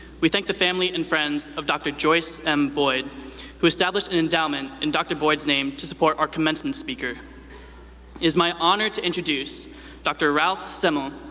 we thank the family and friends of dr. joyce m. boyd who established an endowment in dr. boyd's name to support our commencement speaker. it is my honor to introduce dr. ralph semmel,